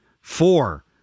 Four